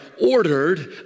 ordered